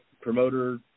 promoter